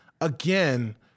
Again